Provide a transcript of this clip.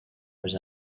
was